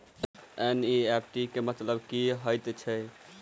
NEFT केँ मतलब की हएत छै?